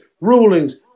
rulings